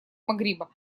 магриба